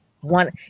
one